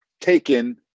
taken